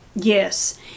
Yes